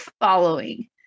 following